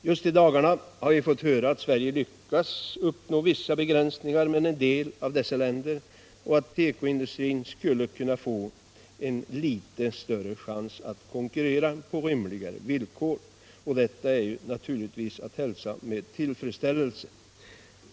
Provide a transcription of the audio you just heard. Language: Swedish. Just i dagarna har vi dock fått höra att Sverige lyckats uppnå överenskommelser om vissa begränsningar med en del av dessa länder och att tekoindustrin skulle kunna få en litet större chans att konkurrera på rimligare villkor. Detta är naturligtvis att hälsa med tillfredsställelse.